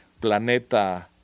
planeta